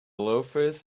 loafers